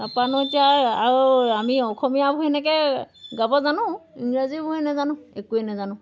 তাৰপৰা নো এতিয়া আৰু আমি অসমীয়াবোৰ সেনেকৈ গাব জানো ইংৰাজীবোৰহে নাজানো একোৱেই নাজানো